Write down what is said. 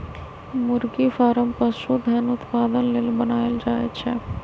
मुरगि फारम पशुधन उत्पादन लेल बनाएल जाय छै